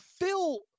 Phil